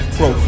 Pro